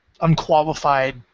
unqualified